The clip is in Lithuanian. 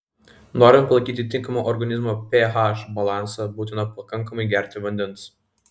norint palaikyti tinkamą organizmo ph balansą būtina pakankamai gerti vandens